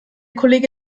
kollege